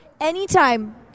anytime